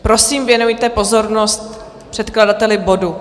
Prosím, věnujte pozornost předkladateli bodu.